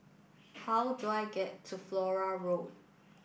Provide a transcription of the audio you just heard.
how do I get to Flora Road